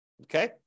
Okay